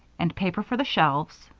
and papers for the shelves,